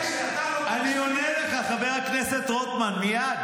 אני עונה, אני עונה.